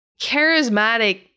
charismatic